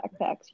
backpacks